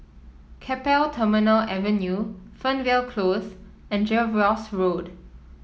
Keppel Terminal Avenue Fernvale Close and Jervois Road